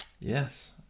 Yes